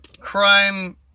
Crime